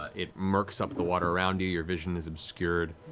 ah it murks up the water around you. your vision is obscured.